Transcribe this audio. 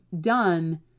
done